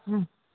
હમ